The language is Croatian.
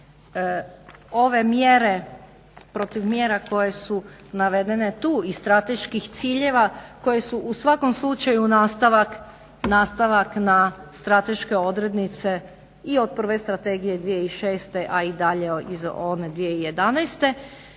ove mjere protiv mjera koje su navedene tu i strateških ciljeva koje su u svakom slučaju nastavak na strateške odrednice i od prve strategije 2006., a i dalje iz one 2011.